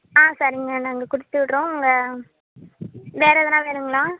ஆ சரிங்க நாங்கள் கொடுத்துவிட்றோம் உங்கள் வேறு எதனா வேணுங்களா